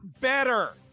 better